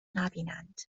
نبینند